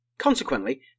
Consequently